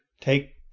take